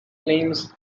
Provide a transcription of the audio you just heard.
claims